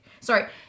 sorry